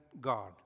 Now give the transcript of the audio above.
God